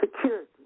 security